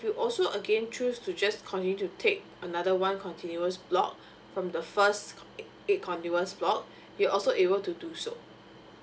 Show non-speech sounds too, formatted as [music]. you also again choose to just continue to take another one continuous block [breath] from the first eight eight continuous block you are also able to do so